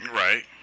right